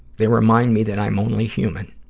they remind me that i'm only human.